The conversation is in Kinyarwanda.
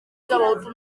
cy’abahutu